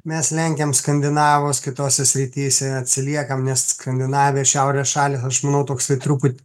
mes lenkiam skandinavus kitose srityse atsiliekam nes skandinavija šiaurės šalys aš manau toksai truputį